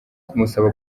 kumusaba